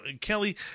Kelly